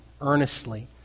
earnestly